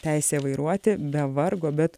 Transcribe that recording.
teisė vairuoti be vargo bet